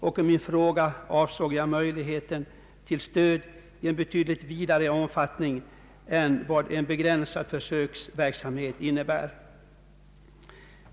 I min fråga avsåg jag möjligheten till stöd i betydligt vidare omfattning än vad en begränsad försöksverksamhet innebär.